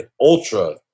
ultra